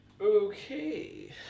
okay